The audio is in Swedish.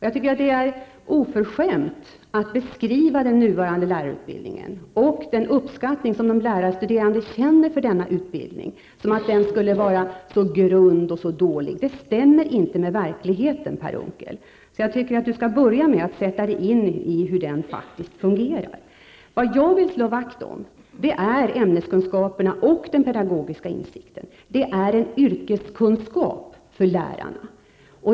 Det är oförskämt att beskriva den nuvarande lärarutbildningen och den uppskattning av denna utbildning som de lärarstuderande känner så som grund och dålig. Det stämmer inte med verkligheten. Jag tycker att Per Unckel skall börja med att sätta sig in i hur den faktiskt fungerar. Vad jag vill slå vakt om är ämneskunskaperna och den pedagogiska insikten, dvs. yrkeskunskaperna för lärarna.